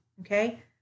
Okay